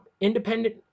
independent